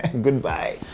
goodbye